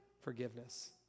forgiveness